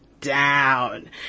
Down